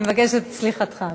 אני מבקשת את סליחתך.